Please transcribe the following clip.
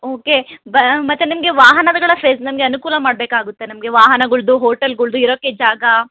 okay ಬ ಮತ್ತೆ ನಮಗೆ ವಾಹನಗಳ ಫೆ ನಮಗೆ ಅನುಕೂಲ ಮಾಡಬೇಕಾಗುತ್ತೆ ನಮಗೆ ವಾಹನಗಳದ್ದು ಹೋಟೆಲ್ಗಳದ್ದು ಇರೋಕೆ ಜಾಗ